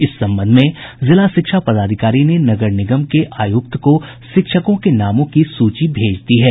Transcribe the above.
इस संबंध में जिला शिक्षा पदाधिकारी ने नगर निगम के आयुक्त को शिक्षकों के नामों की सूची भेज दी है